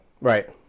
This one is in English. Right